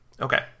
Okay